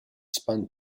spun